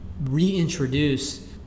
reintroduce